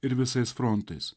ir visais frontais